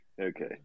okay